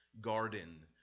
garden